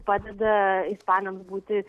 padeda ispanams būti